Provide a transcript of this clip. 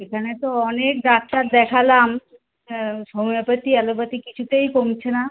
এখানে তো অনেক ডাক্তার দেখালাম হ্যাঁ হোমিওপ্যাথি অ্যালোপ্যাথি কিছুতেই কমছে না